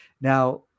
Now